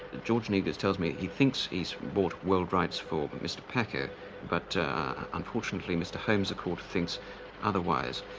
george negus tells me he thinks he's bought world rights for mr. packer but unfortunately mr holmes a court thinks otherwise.